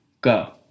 Go